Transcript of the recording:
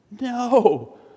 No